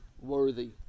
worthy